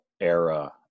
era